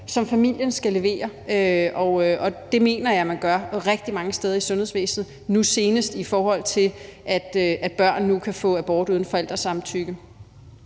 som familien skal levere. Og det mener jeg man gør rigtig mange steder i sundhedsvæsenet, senest i forhold til at børn nu kan få abort uden forældresamtykke.